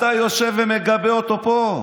אתה יושב ומגבה אותו פה.